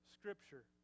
Scripture